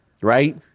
right